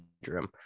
bedroom